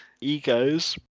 egos